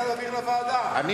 רוצה להעביר לוועדה, נכון?